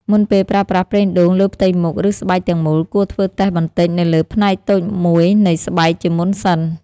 មុនពេលប្រើប្រាស់ប្រេងដូងលើផ្ទៃមុខ ឬស្បែកទាំងមូល គួរធ្វើតេស្តបន្តិចនៅលើផ្នែកតូចមួយនៃស្បែកជាមុនសិន។